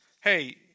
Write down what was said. Hey